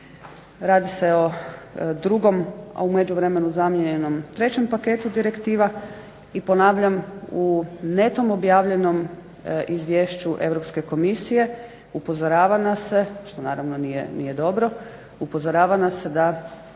radi se o drugom, a u međuvremenu zamijenjenom trećem paketu direktiva. I ponavljam u netom objavljenom izvješću Europske komisije upozorava nas se, što naravno nije dobro, upozorava nas se da